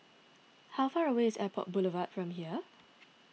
how far away is Airport Boulevard from here